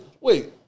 Wait